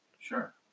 Sure